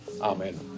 Amen